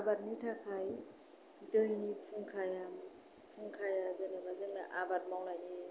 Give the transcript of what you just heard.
आबादनि थाखाय दैनि फुंखाया फुंखाया जेनेबा जोंना आबाद मावनायनि